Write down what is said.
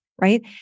Right